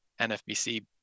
NFBC